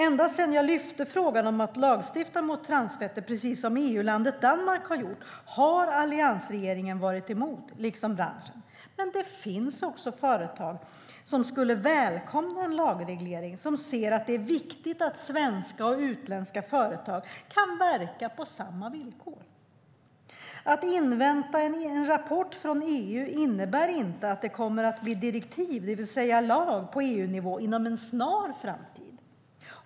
Ända sedan jag lyfte upp frågan om att lagstifta mot transfetter, precis som EU-landet Danmark har gjort, har alliansregeringen varit emot, liksom branschen. Men det finns också företag som skulle välkomna en lagreglering, som ser att det är viktigt att svenska och utländska företag kan verka på samma villkor. Att invänta en rapport från EU innebär inte att det kommer att bli direktiv, det vill säga lag, på EU-nivå inom en snar framtid.